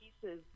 pieces